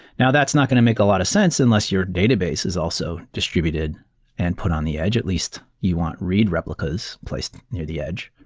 now, that's not going to make a lot of sense unless your database is also distributed and put on the edge. at least you want read replicas placed near the edge.